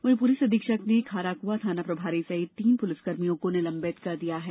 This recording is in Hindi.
वहीं पुलिस अधीक्षक ने खाराकुआ थाना प्रभारी सहित तीन पुलिसकर्मियों को निलंबित किया है